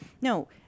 no